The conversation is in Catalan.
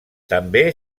també